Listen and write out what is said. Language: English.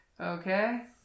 Okay